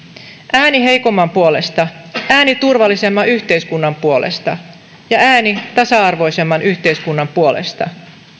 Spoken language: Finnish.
ääni heikomman puolesta ääni turvallisemman yhteiskunnan puolesta ja ääni tasa arvoisemman yhteiskunnan puolesta